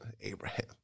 Abraham